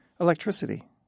electricity